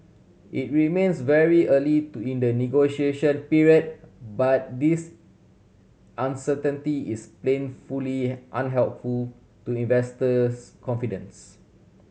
it remains very early to in the negotiation period but this uncertainty is plain unhelpful to investors confidence